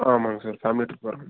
ஆமாங்க sir family trip வர மாதிரி